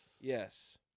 Yes